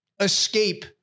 escape